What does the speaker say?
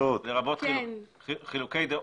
לרבות חילוקי דעות